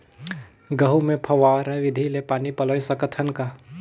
गहूं मे फव्वारा विधि ले पानी पलोय सकत हन का?